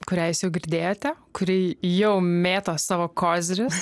kurią jūs jau girdėjote kuri jau mėto savo kozirius